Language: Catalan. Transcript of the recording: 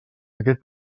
aquest